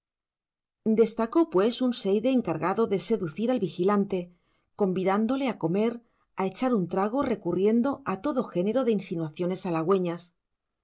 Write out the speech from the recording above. destacó pues un seide encargado de seducir al vigilante convidándole a comer a echar un trago recurriendo a todo género de insinuaciones halagüeñas